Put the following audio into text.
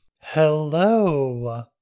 Hello